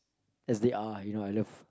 as they are you know I love